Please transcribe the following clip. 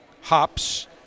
hops